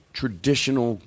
traditional